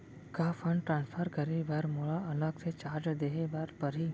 का fund transfer करे बर मोला अलग से चार्ज देहे बर परही?